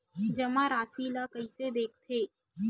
जमा राशि ला कइसे देखथे?